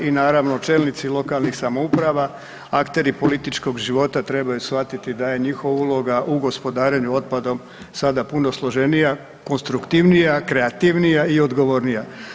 I naravno čelnici lokalnih samouprava akteri političkog života trebaju shvatiti da je njihova uloga u gospodarenju otpadom sada puno složenija, konstruktivnija, kreativnija i odgovornija.